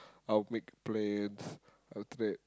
I'll make plans after that